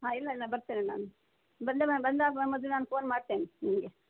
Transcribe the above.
ಹಾಂ ಇಲ್ಲ ಇಲ್ಲ ಬರ್ತೇನೆ ನಾನು ಬಂದ ಮೇಲೆ ಬಂದಾಗುವ ಮೊದ್ಲು ನಾನು ಫೋನ್ ಮಾಡ್ತೇನೆ ನಿಮಗೆ